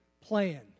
plan